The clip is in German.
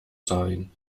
sein